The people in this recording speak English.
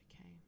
okay